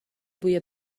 بوی